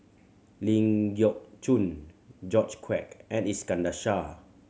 Ling Geok Choon George Quek and Iskandar Shah